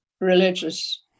religious